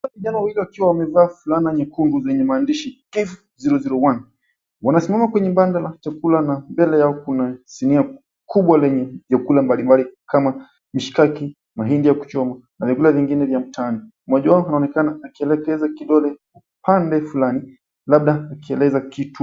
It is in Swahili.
Vijanawawili wakiwa wamevaa fulana nyekundubyenye maneno, Chief 001. Wamesimama kwenye banda la chakula na mbele yao kuna sinia kubwa yenye vykula mballimbali kama vile mishikaki, mahindi ya kuchoma na vyakula vingine vya mtaani, mmoja wao anaonekana akielekeza kidole hadi pande fulani labda akieleza kitu.